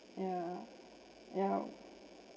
yeah yeah